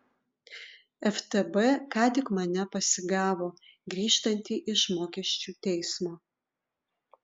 ftb ką tik mane pasigavo grįžtantį iš mokesčių teismo